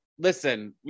Listen